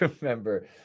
remember